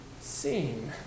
seen